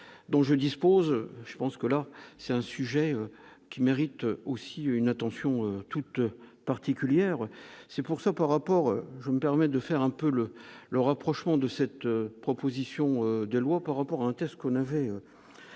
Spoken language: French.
dont je dispose, je pense que là, c'est un sujet qui mérite aussi une attention toute particulière, c'est pour ça par rapport, je me permets de faire un peu le le rapprochement de cette proposition de loi par rapport test qu'on avait